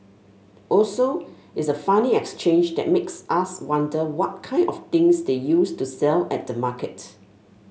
also it's a funny exchange that makes us wonder what kind of things they used to sell at the market